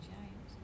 James